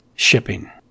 Shipping